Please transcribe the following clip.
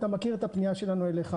אתה מכיר את הפנייה שלנו אליך,